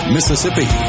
Mississippi